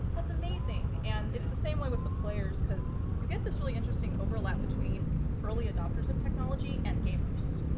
that's amazing. and it's the same way with the players, because you get this really interesting overlap between early adopters of technology and gamers.